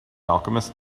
alchemists